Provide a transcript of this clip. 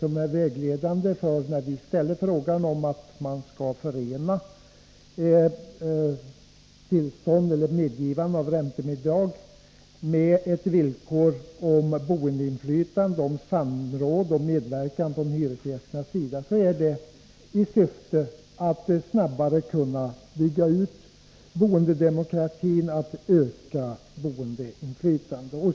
När vi tar upp 33 frågan om att man skall förena medgivande av räntebidrag med ett villkor om boendeinflytande, samråd och medverkan från hyresgästerna, är det i syfte att snabbare kunna bygga ut boendedemokratin och öka boendeinflytandet.